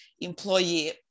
employee